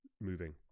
moving